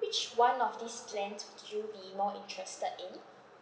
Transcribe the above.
which one of these plans would you be more interested in